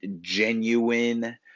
genuine